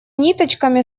ниточками